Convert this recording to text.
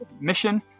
mission